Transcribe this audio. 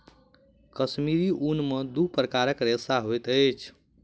कश्मीरी ऊन में दू प्रकारक रेशा होइत अछि